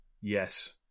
Yes